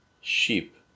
Sheep